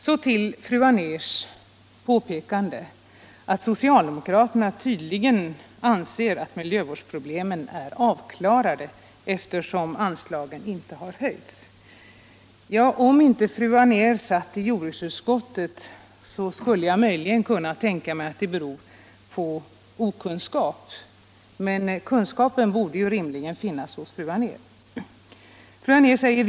Så några ord om vad fru Anér sade om att socialdemokraterna tydligen anser att miljövårdsproblemen är avklarade, eftersom anslaget inte har höjts. Om inte fru Anér satt i jordbruksutskottet skulle jag möjligen kunna tänka mig att ett sådant påstående berodde på okunnighet, men kunskapen borde rimligen finnas hos fru Anér.